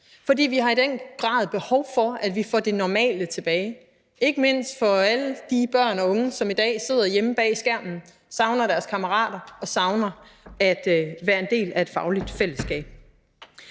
fordi vi i den grad har behov for, at vi får det normale tilbage, ikke mindst for alle de børn og unge, som i dag sidder hjemme bag skærmen og savner deres kammerater og savner at være en del af et fagligt fællesskab.